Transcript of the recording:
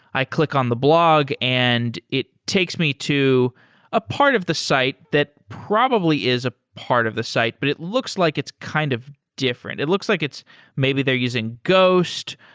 i click on the blog and it takes me to a part of the site that probably is a part of the site, but it looks like it's kind of different. it looks like it's maybe they're using ghost,